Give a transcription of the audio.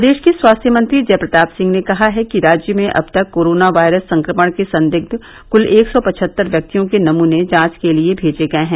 प्रदेश के स्वास्थ्य मंत्री जय प्रताप सिंह ने कहा है कि राज्य में अब तक कोरोना वायरस संक्रमण के संदिग्ध कुल एक सौ पचहत्तर व्यक्तियों के नमूने जांच के लिए मेजे गए हैं